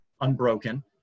Unbroken